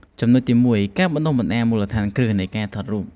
ចំណុចទី១ ការបណ្តុះបណ្តាលមូលដ្ឋានគ្រឹះនៃការថតរូប។